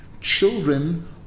children